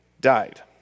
died